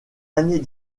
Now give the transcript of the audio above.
années